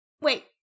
wait